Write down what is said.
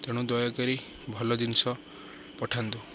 ତେଣୁ ଦୟାକରି ଭଲ ଜିନିଷ ପଠାନ୍ତୁ